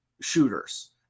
shooters